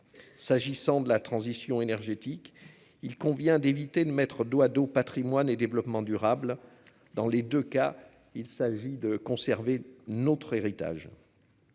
s'agissant de la transition énergétique, il convient d'éviter de mettre dos à dos, Patrimoine et développement durable dans les 2 cas, il s'agit de conserver notre héritage.